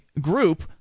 group